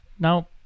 Now